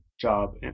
job